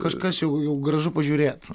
kažkas jau jau gražu pažiūrėt